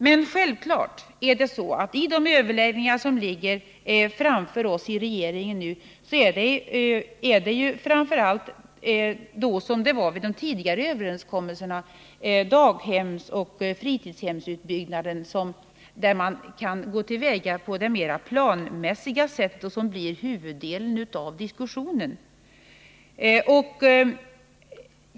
Men i de överläggningar som ligger framför oss i regeringen är det självklart framför allt — som det har varit vid tidigare överenskommelse — daghemsoch fritidshemsutbyggnaden, där man kan gå till väga på ett mera planmässigt sätt, som kommer att uppta huvuddelen av diskussionen.